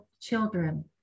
children